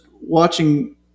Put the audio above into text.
watching